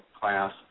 class